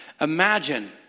Imagine